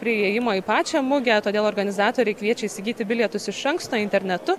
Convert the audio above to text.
prie įėjimo į pačią mugę todėl organizatoriai kviečia įsigyti bilietus iš anksto internetu